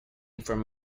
from